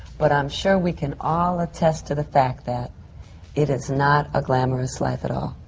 but i'm sure we can all attest to the fact that it is not a glamorous life at all.